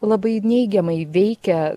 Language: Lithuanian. labai neigiamai veikia